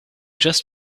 just